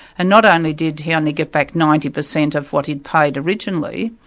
and not only did he only get back ninety percent of what he'd paid originally,